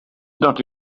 not